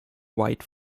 white